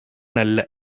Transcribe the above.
நல்ல